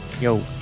Yo